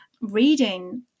reading